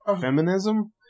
feminism